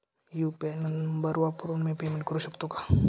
UPI number वापरून मी payment करू शकते का?